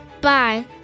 Bye